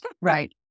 Right